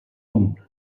amunt